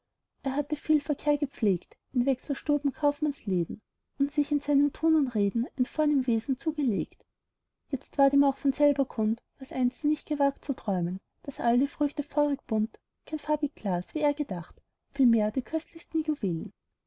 er hatte viel verkehr gepflegt in wechselstuben kaufmannsläden und sich in seinem tun und reden ein vornehm wesen zugelegt jetzt ward ihm auch von selber kund was einst er nicht gewagt zu träumen daß all die früchte feurig bunt von jenes zaubergartens bäumen kein farbig glas wie er gedacht vielmehr die köstlichsten juwelen